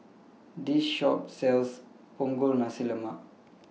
This Shop sells Punggol Nasi Lemak